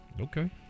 Okay